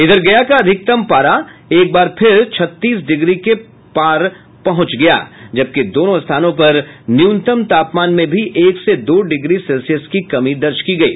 इधर गया का अधिकतम पारा एक बार फिर छत्तीस डिग्री के पास पहुंच गया जबकि दोनों स्थानों पर न्यूनतम तापमान में भी एक से दो डिग्री सेल्सियस की कमी दर्ज की गयी